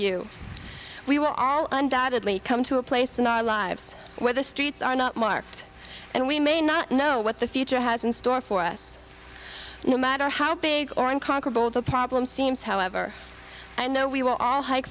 you we will all undecidedly come to a place in our lives where the streets are not marked and we may not know what the future has in store for us no matter how big or unconquerable the problem seems however i know we will all h